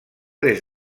des